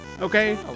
okay